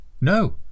No